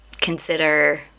consider